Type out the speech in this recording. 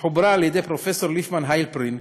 שחוברה על-ידי פרופסור ליפמן היילפרין,